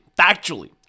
factually